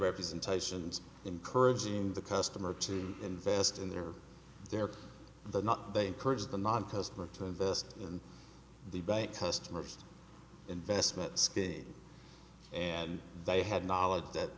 representations encouraging the customer to invest in their they're not they encourage the non customer to invest in the bank customers investment scheme and they have knowledge that